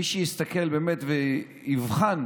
מי שיסתכל באמת ויבחן